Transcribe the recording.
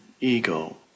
ego